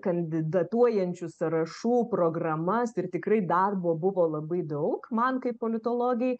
kandidatuojančių sąrašų programas ir tikrai darbo buvo labai daug man kaip politologei